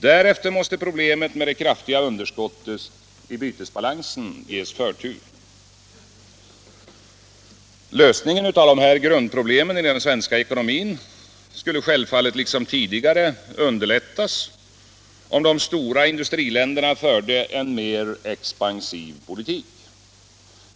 Därefter måste problemet med det kraftiga underskottet i bytesbalansen ges förtur. Lösningen av dessa grundproblem i den svenska ekonomin skulle självfallet liksom tidigare underlättas om de stora industriländerna förde en mer expansiv politik.